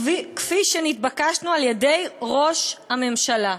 כפי שנתבקשנו על-ידי ראש הממשלה".